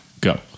Go